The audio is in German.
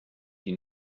die